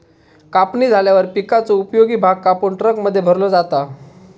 कापणी झाल्यावर पिकाचो उपयोगी भाग कापून ट्रकमध्ये भरलो जाता